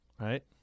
right